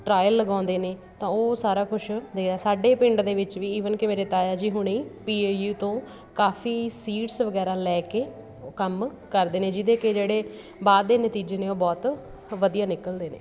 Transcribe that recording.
trial ਲਗਾਉਂਦੇ ਨੇ ਤਾਂ ਉਹ ਸਾਰਾ ਕੁਛ ਸਾਡੇ ਪਿੰਡ ਦੇ ਵਿੱਚ ਵੀ ਈਵਨ ਕਿ ਮੇਰੇ ਤਾਇਆ ਜੀ ਹੁਣੀ ਪੀ ਏ ਯੂ ਤੋਂ ਕਾਫ਼ੀ ਸੀਡਸ ਵਗੈਰਾ ਲੈ ਕੇ ਉਹ ਕੰਮ ਕਰਦੇ ਨੇ ਜਿਹਦੇ ਕਿ ਜਿਹੜੇ ਬਾਅਦ ਦੇ ਨਤੀਜੇ ਨੇ ਉਹ ਬਹੁਤ ਵਧੀਆ ਨਿਕਲਦੇ ਨੇ